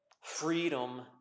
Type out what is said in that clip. freedom